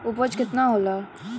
उपज केतना होला?